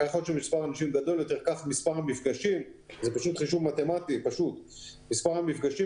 כך מספר המפגשים גדול יותר והסיכוי